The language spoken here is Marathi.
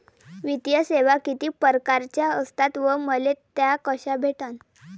वित्तीय सेवा कितीक परकारच्या असतात व मले त्या कशा भेटन?